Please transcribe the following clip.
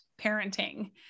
parenting